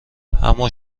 اما